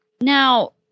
Now